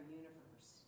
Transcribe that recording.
universe